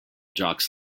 jocks